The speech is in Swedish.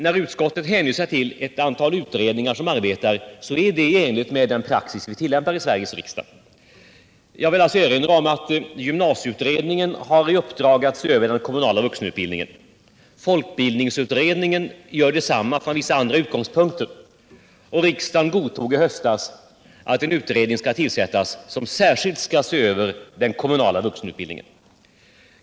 När utskottet hänvisar till utredningar som arbetar är det emellertid i enlighet med den praxis vi tillämpar i Sveriges riksdag. Jag vill alltså erinra om att gymnasieutredningen har i uppdrag att se över den kommunala vuxenutbildningen, att folkbildningsutredningen gör detsamma från vissa andra utgångspunkter och att riksdagen i höstas godtog att en utredning skall tillsättas som särskilt skall se över den kommunala vuxenutbildningen.